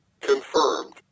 confirmed